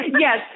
Yes